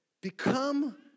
Become